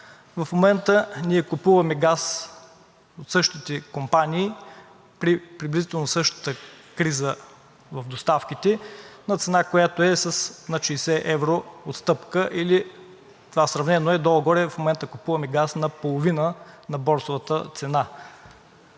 В момента ние купуваме газ от същите компании при приблизително същата криза в доставките на цена, която е с над 60 евро отстъпка, или това сравнено е долу-горе в момента купуваме газ наполовина на борсовата цена.